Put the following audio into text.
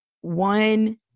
one